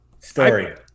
story